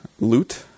loot